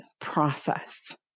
process